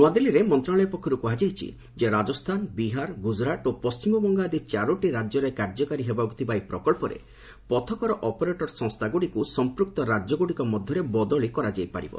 ନ୍ତଆଦିଲ୍ଲୀରେ ମନ୍ତ୍ରଣାଳୟ ପକ୍ଷରୁ କୁହାଯାଇଛି ଯେ ରାଜସ୍ଥାନ ବିହାର ଗୁଜ୍ଜୁରାଟ ଓ ପଶ୍ଚିମବଙ୍ଗ ଆଦି ଚାରୋଟି ରାଜ୍ୟରେ କାର୍ଯ୍ୟକାରୀ ହେବାକୁ ଥିବା ଏହି ପ୍ରକଳ୍ପରେ ପଥକର ଅପରେଟର ସଂସ୍ଥାଗୁଡ଼ିକୁ ସମ୍ପୃକ୍ତ ରାଜ୍ୟଗୁଡ଼ିକ ମଧ୍ୟରେ ବଦଳି କରାଯାଇପାରିବ